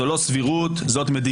זאת לא סבירות, זאת מדיניות.